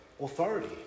authority